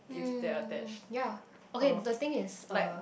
mm ya okay the thing is uh